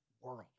world